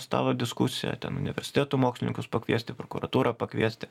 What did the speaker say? stalo diskusiją ten universitetų mokslininkus pakviesti prokuratūrą pakviesti